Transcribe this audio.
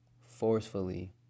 forcefully